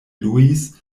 luis